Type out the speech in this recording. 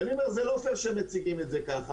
ואני אומר זה לא פייר שמציגים את זה ככה.